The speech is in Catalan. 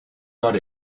nord